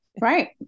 right